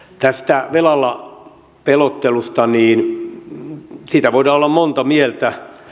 tästä velalla pelottelusta voidaan olla monta mieltä